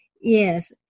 Yes